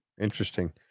interesting